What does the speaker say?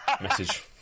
message